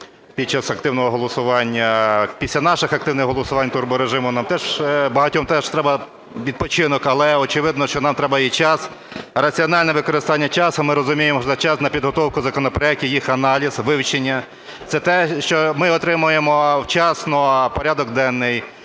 Після наших активних голосувань турборежиму нам теж... багатьом теж треба відпочинок, але, очевидно, що нам треба і час. раціональне використання часу. Ми розуміємо, що це час на підготовку законопроектів, їх аналіз, вивчення, це те, що ми отримуємо вчасно порядок денний.